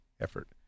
effort